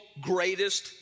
greatest